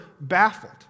baffled